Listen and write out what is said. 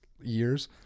years